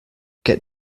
get